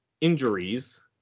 injuries